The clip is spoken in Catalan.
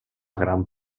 gran